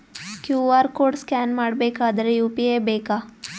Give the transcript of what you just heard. QR code scan ಮಾಡಬೇಕಾದರೆ UPI ಬೇಕಾ?